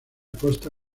costa